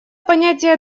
понятие